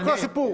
זה כל הסיפור.